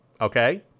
Okay